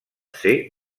ser